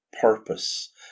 purpose